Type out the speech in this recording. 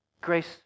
Grace